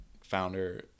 founder